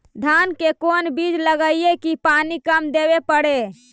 धान के कोन बिज लगईऐ कि पानी कम देवे पड़े?